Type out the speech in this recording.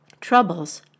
Troubles